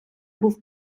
був